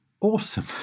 awesome